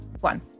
one